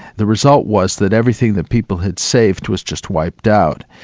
the result was that everything that people had saved was just wiped out.